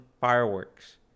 fireworks